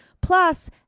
plus